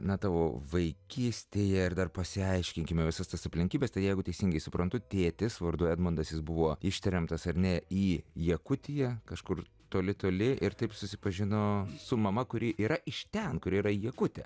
na tavo vaikystėje ir dar pasiaiškinkime visas tas aplinkybes tai jeigu teisingai suprantu tėtis vardu edmondas jis buvo ištremtas ar ne į jakutiją kažkur toli toli ir taip susipažino su mama kuri yra iš ten kuri yra jakutė